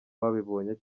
babibonye